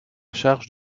charge